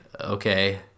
okay